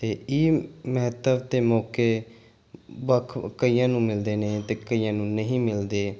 ਅਤੇ ਇਹ ਮਹੱਤਵ ਅਤੇ ਮੌਕੇ ਵੱਖ ਕਈਆਂ ਨੂੰ ਮਿਲਦੇ ਨੇ ਅਤੇ ਕਈਆਂ ਨੂੰ ਨਹੀਂ ਮਿਲਦੇ